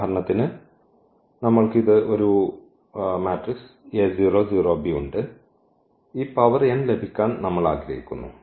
ഉദാഹരണത്തിന് നമ്മൾക്ക് ഇത് ഒരു ഉണ്ട് ഈ പവർ n ലഭിക്കാൻ നമ്മൾ ആഗ്രഹിക്കുന്നു